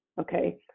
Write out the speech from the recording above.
okay